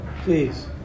Please